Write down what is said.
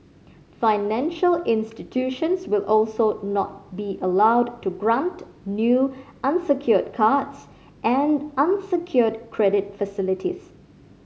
financial institutions will also not be allowed to grant new unsecured cards and unsecured credit facilities